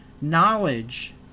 knowledge